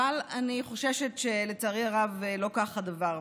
אבל אני חוששת, לצערי הרב, שלא כך הדבר.